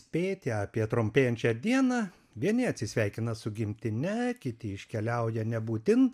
pėti apie trumpėjančią dieną vieni atsisveikina su gimtine kiti iškeliauja nebūtin